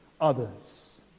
others